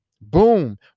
Boom